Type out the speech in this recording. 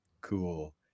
cool